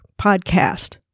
podcast